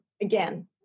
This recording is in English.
Again